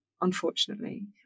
unfortunately